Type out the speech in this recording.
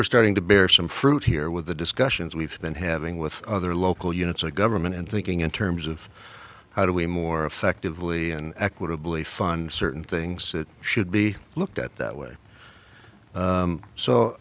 we're starting to bear some fruit here with the discussions we've been having with other local units of government and thinking in terms of how do we more effectively and equitably fund certain things that should be looked at that